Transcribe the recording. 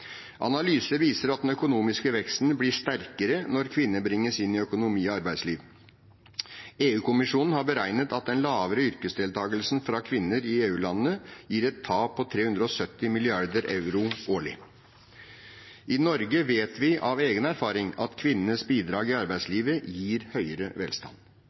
Analyser viser at den økonomiske veksten blir sterkere når kvinner bringes inn i økonomi og arbeidsliv. EU-kommisjonen har beregnet at den lavere yrkesdeltakelsen fra kvinner i EU-landene gir et tap på 370 milliarder euro årlig. I Norge vet vi av egen erfaring at kvinnenes bidrag i arbeidslivet gir høyere velstand.